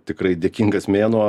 tikrai dėkingas mėnuo